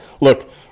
look